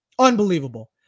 Unbelievable